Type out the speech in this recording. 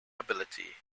ability